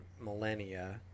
millennia